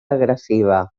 agressiva